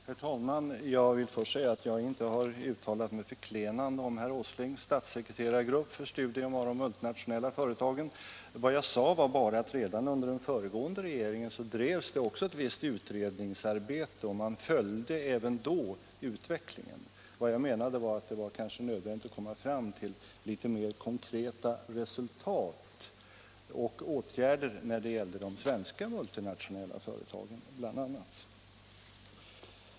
Herr talman! Jag har inte uttalat mig förklenande om herr Åslings statssekreterargrupp för studium av de multinationella företagen. Vad jag sade var bara att det redan under den föregående regeringen bedrevs ett visst utredningsarbete och att man även då följde utvecklingen. Jag menade att det kanske var nödvändigt att komma fram till litet mera konkreta resultat och åtgärder bl.a. när det gällde de svenska multinationella företagen.